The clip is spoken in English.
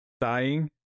dying